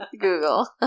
Google